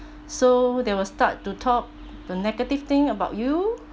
so they will start to talk the negative thing about you